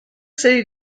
city